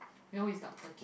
you know who is doctor